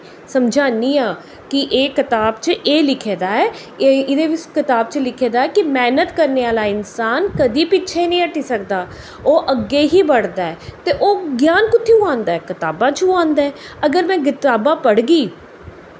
समझान्नी आं कि एह् कताब च एह् लिखे दा ऐ एह्दे कताब च लिखे दा ऐ कि मेह्नत करने आह्ला इंसान कदें पिच्छें नी हटी सकदा ओह् अग्गैं ही बढ़दा ऐ ते ओह् ज्ञान कुत्थूं आंदा ऐ कताबां चूं आंदा ऐ अगर में कताबां पढ़गी